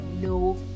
No